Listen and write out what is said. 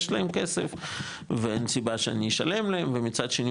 להם כסף ואין סיבה שאני אשלם להם ומצד שני,